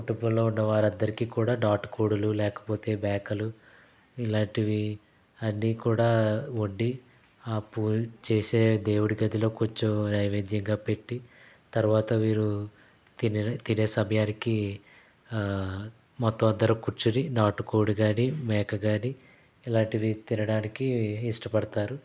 కుటుంబంలో ఉన్నవారందరికీ కూడా నాటుకోడులు లేకపోతే మేకలు ఇలాంటివి అన్ని కూడా వండి ఆ పూజ చేసే దేవుడి గదిలో కొంచెం నైవేద్యంగా పెట్టి తర్వాత వీరు తిను తినే సమయానికి మొత్తం అందరు కూర్చుని నాటుకోడి కాని మేక కాని ఇలాంటివి తినడానికి ఇష్టపడతారు